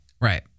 Right